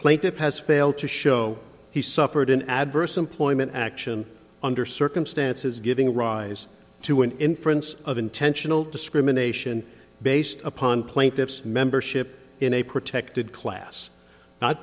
plaintiff has failed to show he suffered an adverse employment action under circumstances giving rise to an inference of intentional discrimination based upon plaintiff's membership in a protected class not